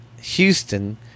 Houston